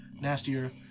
nastier